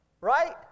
Right